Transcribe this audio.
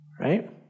Right